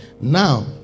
Now